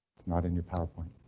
not in your powerpoint